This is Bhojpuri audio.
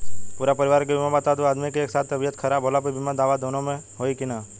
पूरा परिवार के बीमा बा त दु आदमी के एक साथ तबीयत खराब होला पर बीमा दावा दोनों पर होई की न?